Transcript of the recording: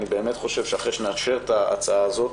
אני באמת חושב שאחרי שנאשר את ההצעה הזאת